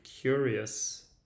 curious